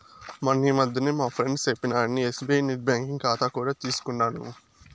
మొన్నీ మధ్యనే మా ఫ్రెండు సెప్పినాడని ఎస్బీఐ నెట్ బ్యాంకింగ్ కాతా కూడా తీసుకుండాను